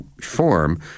form